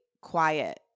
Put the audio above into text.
quiet